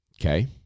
Okay